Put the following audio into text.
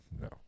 No